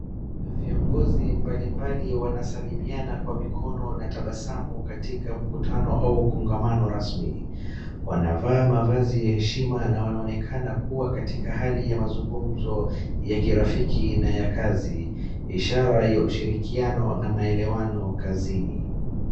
Viongozi mbalimbali wanasalimiana kwa mikono na tabasamu katika mkutano au kongamano rasmi. Wanavaa mavazi ya heshima na wanaonekana kuwa katika hali ya mazungumzo ya kirafiki na ya kazi. Ishara ya ushirikiano na maelewano kazini.